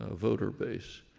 ah voter base.